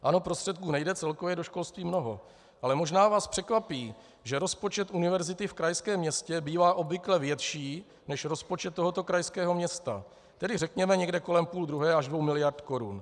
Ano, prostředků nejde celkově do školství mnoho, ale možná vás překvapí, že rozpočet univerzity v krajském městě bývá obvykle větší než rozpočet tohoto krajského města, tedy řekněme někde kolem půldruhé až dvou miliard korun.